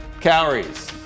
calories